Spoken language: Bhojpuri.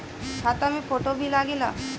खाता मे फोटो भी लागे ला?